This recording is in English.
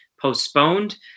postponed